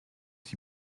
six